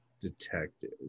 detective